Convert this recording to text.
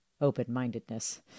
open-mindedness